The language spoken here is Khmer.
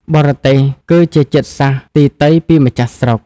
បរទេស គឺជាជាតិសាសន៍ទីទៃពីម្ចាស់ស្រុក ។